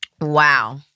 Wow